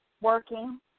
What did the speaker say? working